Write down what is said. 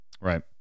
right